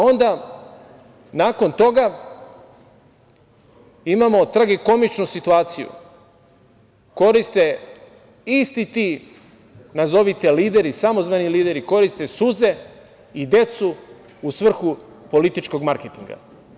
Onda nakon toga imamo tragikomičnu situaciju – koriste isti ti, nazovite lideri, samozvani lideri, koriste suze i decu u svrhu političkog marketinga.